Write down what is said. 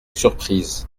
surprise